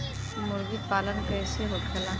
मुर्गी पालन कैसे होखेला?